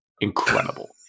incredible